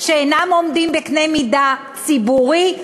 שאינם עומדים בקנה מידה ציבורי,